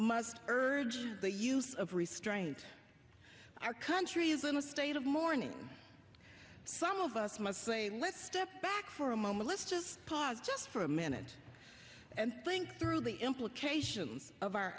must urge the use of restraint our country is in a state of mourning some of us must say let's step back for a moment let's just pause just for a minute and think through the implications of our